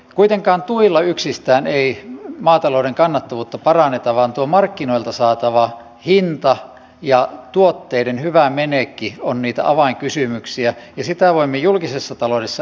kuitenkaan tuilla yksistään ei maatalouden kannattavuutta paranneta vaan tuo markkinoilta saatava hinta ja tuotteiden hyvä menekki ovat niitä avainkysymyksiä ja sitä voimme julkisessa taloudessa edistää